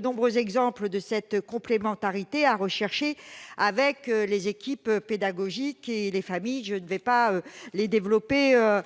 nombreux exemples de cette complémentarité à rechercher avec les équipes pédagogiques et les familles. Ces professionnels